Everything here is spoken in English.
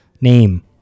name